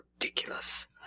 ridiculous